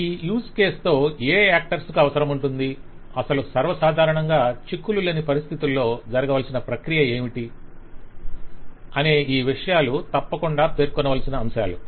ఈ use case తో ఏ యాక్టర్స్ కు అవసరముంటుంది అసలు సర్వసాధారణంగా చిక్కులు లేని పరిస్తితులో జరగవలసిన ప్రక్రియ ఏమిటి అనే ఈ విషయాలు తప్పకుండా పేర్కొనవలసిన అంశాలు